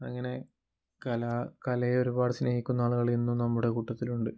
അങ്ങനെ കല കലയെ ഒരുപാട് സ്നേഹിക്കുന്ന ആളുകൾ ഇന്നും നമ്മുടെ കൂട്ടത്തിലുണ്ട്